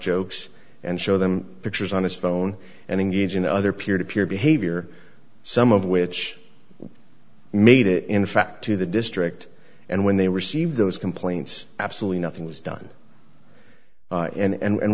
jokes and show them pictures on his phone and engage in other peer to peer behavior some of which made it in fact to the district and when they received those complaints absolutely nothing was done and